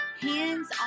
hands